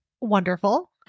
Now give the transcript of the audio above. Wonderful